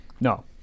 no